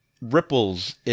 ripples